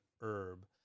herb